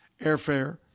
airfare